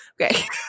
okay